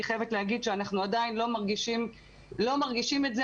אני חייבת להגיד שאנחנו עדיין לא מרגישים את זה.